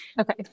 Okay